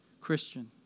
Christian